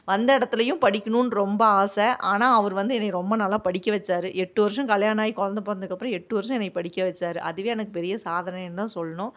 வந்த இடத்துலையும் படிக்கணுன்னு ரொம்ப ஆசை ஆனால் அவர் வந்து என்னை ரொம்ப நல்லா படிக்க வச்சாரு எட்டு வருடம் கல்யாணம் ஆகி குழந்த பிறந்தக்கப்றம் எட்டு வருடம் என்னை படிக்க வச்சாரு அதுவே எனக்கு பெரிய சாதனைன்னு தான் சொல்லணும்